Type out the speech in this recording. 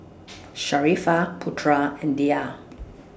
Sharifah Putra and Dhia